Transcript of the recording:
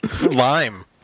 lime